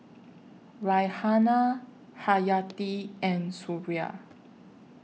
Raihana Hayati and Suria